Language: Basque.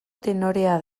tenorea